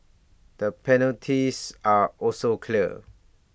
the penalties are also clear